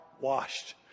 washed